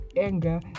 anger